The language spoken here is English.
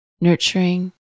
nurturing